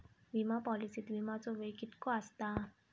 विमा पॉलिसीत विमाचो वेळ कीतको आसता?